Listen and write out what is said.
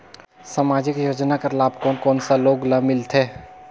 समाजिक योजना कर लाभ कोन कोन सा लोग ला मिलथे?